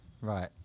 right